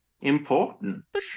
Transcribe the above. important